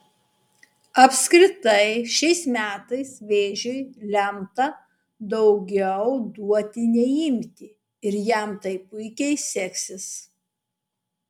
apskritai šiais metais vėžiui lemta daugiau duoti nei imti ir jam tai puikiai seksis